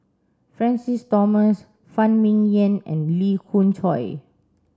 Francis Thomas Phan Ming Yen and Lee Khoon Choy